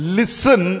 listen